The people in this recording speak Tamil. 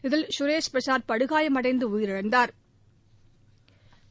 இதில் சுரேஷ் பிரசாத் படுகாயமடைந்து உயிரிழந்தாா்